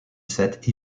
set